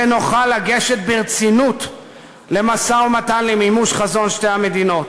ונוכל לגשת ברצינות למשא-ומתן למימוש חזון שתי המדינות.